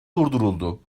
durduruldu